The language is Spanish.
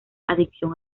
adicción